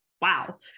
wow